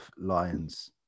Lions